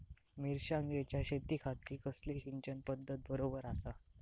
मिर्षागेंच्या शेतीखाती कसली सिंचन पध्दत बरोबर आसा?